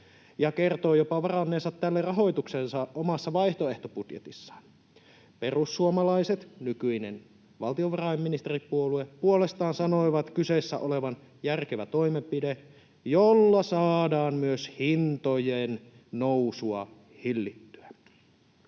ja kertoi jopa varanneensa tälle rahoituksen omassa vaihtoehtobudjetissaan. Perussuomalaiset, nykyinen valtiovarainministeripuolue, puolestaan sanoi kyseessä olevan järkevä toimenpide, jolla saadaan myös hintojen nousua hillittyä.